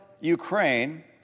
Ukraine